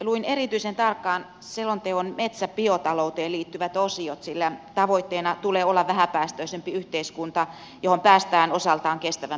luin erityisen tarkkaan selonteon metsäbiotalouteen liittyvät osiot sillä tavoitteena tulee olla vähäpäästöisempi yhteiskunta johon päästään osaltaan kestävän biotalouden kautta